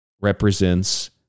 represents